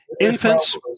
infants